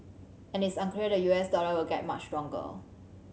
and it's unclear the U S dollar will get much stronger